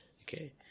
Okay